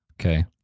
Okay